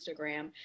Instagram